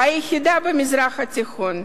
היחידה במזרח התיכון,